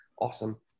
Awesome